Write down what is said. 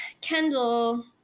Kendall